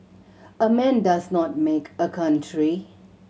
a man does not make a country